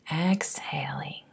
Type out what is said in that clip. exhaling